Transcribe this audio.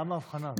למה ההבחנה?